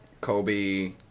Kobe